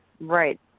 Right